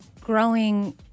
growing